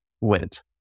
went